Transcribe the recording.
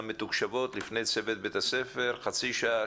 מתוקשבות לפני צוות בית הספר חצי שעה,